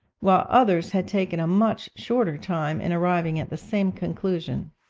while others had taken a much shorter time in arriving at the same conclusion.